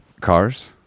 Cars